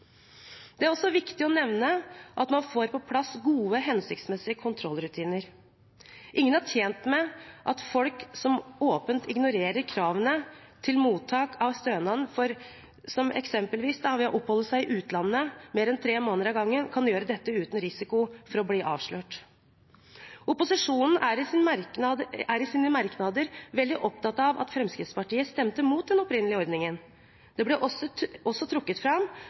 Det er også viktig å nevne at man får på plass gode, hensiktsmessige kontrollrutiner. Ingen er tjent med at folk som åpent ignorerer kravene til mottak av stønaden, som eksempelvis ved å oppholde seg i utlandet i mer enn tre måneder av gangen, kan gjøre dette uten risiko for å bli avslørt. Opposisjonen er i sine merknader veldig opptatt av at Fremskrittspartiet stemte mot den opprinnelige ordningen. Det ble også trukket fram